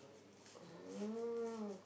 um